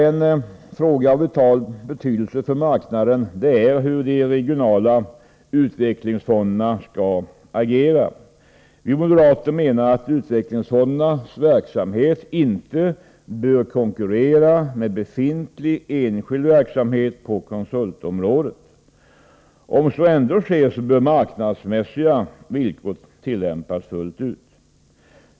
En fråga av vital betydelse för marknaden är hur de regionala utvecklingsfonderna skall agera. Vi moderater menar att utvecklingsfondernas verksamhet inte bör konkurrera med befintlig enskild verksamhet på konsultområdet. Om så ändå sker bör marknadsmässiga villkor tillämpas fullt ut.